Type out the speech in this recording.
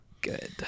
Good